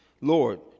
Lord